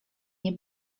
nie